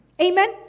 Amen